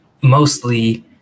mostly